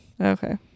Okay